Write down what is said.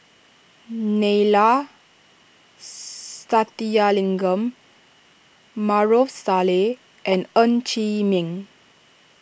Neila Sathyalingam Maarof Salleh and Ng Chee Meng